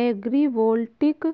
agri voltaic